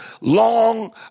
long